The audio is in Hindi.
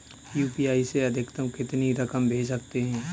यू.पी.आई से अधिकतम कितनी रकम भेज सकते हैं?